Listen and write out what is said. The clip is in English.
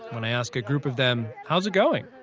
when i ask a group of them, how's it going?